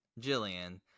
Jillian